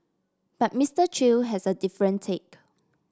but Mister Chew has a different take